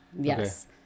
yes